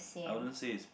I wouldn't say is